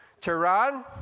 Tehran